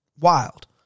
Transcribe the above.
Wild